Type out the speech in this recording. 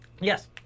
Yes